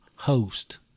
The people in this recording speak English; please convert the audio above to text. Host